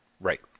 Right